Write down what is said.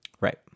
Right